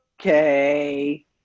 Okay